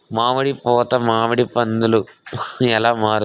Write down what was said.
మామిడి పూత మామిడి పందుల ఎలా మారుతుంది?